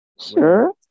sure